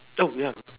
oh ya